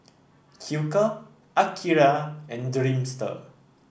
Hilker Akira and Dreamster